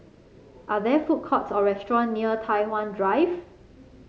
are there food courts or restaurant near Tai Hwan Drive